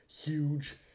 huge